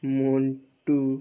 Montu